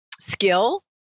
skill